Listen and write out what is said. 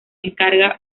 encarga